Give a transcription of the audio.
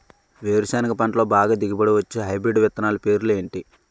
వేరుసెనగ పంటలో బాగా దిగుబడి వచ్చే హైబ్రిడ్ విత్తనాలు పేర్లు ఏంటి?